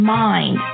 mind